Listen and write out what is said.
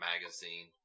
magazine